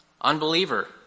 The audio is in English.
Unbeliever